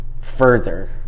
further